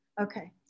Okay